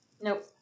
Nope